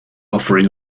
offering